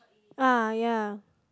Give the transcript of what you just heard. ah ya